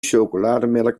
chocolademelk